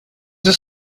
they